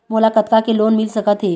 मोला कतका के लोन मिल सकत हे?